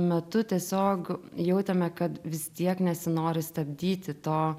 metu tiesiog jautėme kad visi tiek nesinori stabdyti to